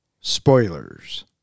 spoilers